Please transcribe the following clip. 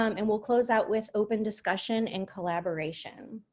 um and we'll close out with open discussion and collaboration.